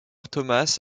thomas